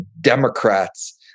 Democrats